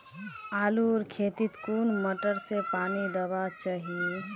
आलूर खेतीत कुन मोटर से पानी दुबा चही?